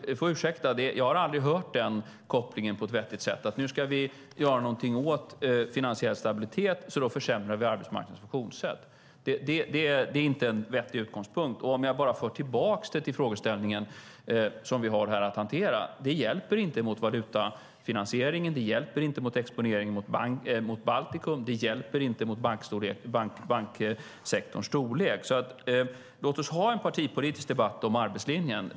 Du får ursäkta, men jag har aldrig hört den kopplingen på ett vettigt sätt: Nu ska vi göra någonting åt finansiell stabilitet, så vi försämrar arbetsmarknadens funktionssätt. Det är inte en vettig utgångspunkt. Jag kan föra tillbaka det till den frågeställning som vi har att hantera här. Det hjälper inte mot valutafinansieringen. Det hjälper inte mot exponeringen mot Baltikum. Det hjälper inte mot banksektorns storlek. Låt oss ha en partipolitisk debatt om arbetslinjen.